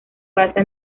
basa